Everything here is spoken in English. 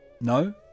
No